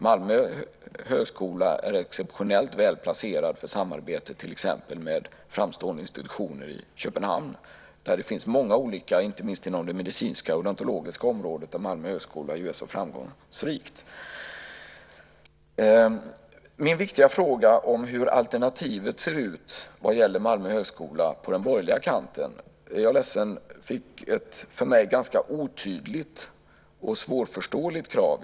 Malmö högskola är exceptionellt väl placerad för samarbete till exempel med framstående institutioner i Köpenhamn. Där finns många olika, inte minst inom det medicinska odontologiska området, där Malmö högskola är så framgångsrik. Jag ställde en viktig fråga om hur alternativet ser ut på den borgerliga kanten vad gäller Malmö högskola. Jag är ledsen att den fick ett för mig ganska otydligt och svårförståeligt svar.